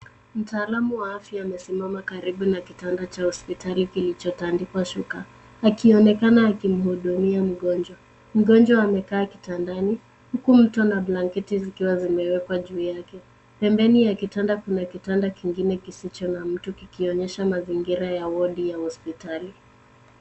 Mtaalamu wa afya amesimama karibu na kitanda cha hospitali kilichotandikwa shuka, akionekana akimhudumia mgonjwa. Mgonjwa amekaa kitandani, huku mto na blanketi zikiwa zimewekwa juu yake. Pembeni ya kitanda kuna kitanda kingine kisicho na mtu kikionyesha mazingira ya wodi ya hospitali.